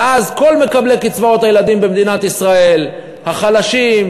ואז כל מקבלי קצבאות הילדים במדינת ישראל החלשים,